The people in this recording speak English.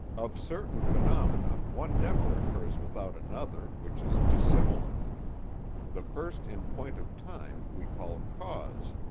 of certain phenomena, one never occurs without another, which is dissimilar the first in point of time we call cause,